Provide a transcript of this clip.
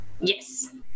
Yes